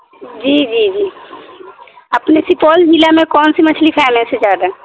جی جی جی آپ نے سپال ضلع میں کون سی مچھلی کھانا سے زیادہ